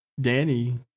Danny